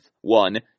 one